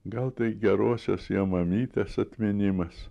gal tai gerosios jo mamytės atminimas